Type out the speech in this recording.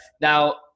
now